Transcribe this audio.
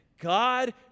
God